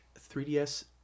3DS